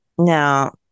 Now